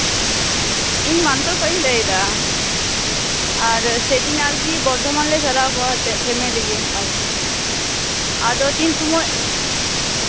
ᱤᱧ ᱢᱟᱱᱠᱚᱲ ᱠᱷᱚᱱᱤᱧ ᱞᱟᱹᱭᱫᱟ ᱟᱨ ᱥᱮᱭ ᱫᱤᱱ ᱟᱨᱠᱤ ᱵᱚᱨᱫᱷᱚᱢᱟᱱ ᱞᱮ ᱪᱟᱞᱟᱣ ᱠᱚᱜᱼᱟ ᱛᱮ ᱯᱷᱮᱢᱮᱞᱤ ᱜᱮ ᱟᱨᱠᱤ ᱟᱫᱚ ᱛᱤᱱ ᱥᱚᱢᱚᱭ